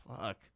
fuck